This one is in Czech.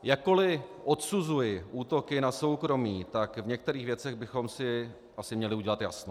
Jakkoli odsuzuji útoky na soukromí, tak v některých věcech bychom si asi měli udělat jasno.